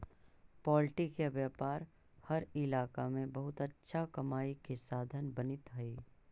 poultry के व्यापार हर इलाका में बहुत अच्छा कमाई के साधन बनित हइ